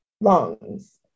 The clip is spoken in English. lungs